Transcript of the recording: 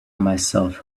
myself